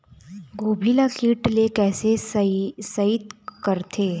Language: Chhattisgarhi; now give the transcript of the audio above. गोभी ल कीट ले कैसे सइत करथे?